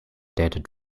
dead